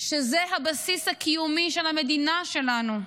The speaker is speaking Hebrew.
שזה הבסיס הקיומי של המדינה שלנו.